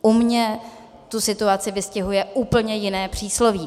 U mě tu situaci vystihuje úplně jiné přísloví.